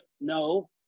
no